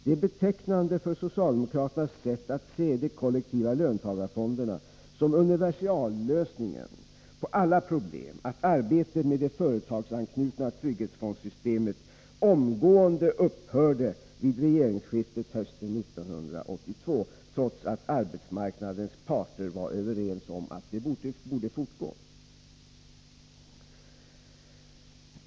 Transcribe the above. Det är betecknande för socialdemokraternas sätt att se de kollektiva löntagarfonderna som universallösningen på alla problem att arbetet med det företagsanknutna trygghetsfondssystemet omgående upphörde vid regeringsskiftet hösten 1982, trots att arbetsmarknadens parter var överens om att det borde fortgå.